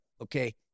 Okay